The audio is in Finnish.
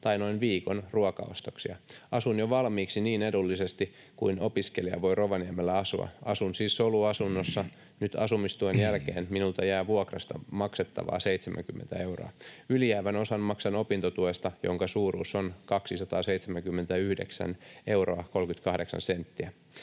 tai noin viikon ruokaostoksia. Asun jo valmiiksi niin edullisesti kuin opiskelija voi Rovaniemellä asua. Asun siis soluasunnossa, nyt asumistuen jälkeen minulta jää vuokrasta maksettavaa 70 euroa, ylijäävän osan maksan opintotuesta, jonka suuruus on 279 euroa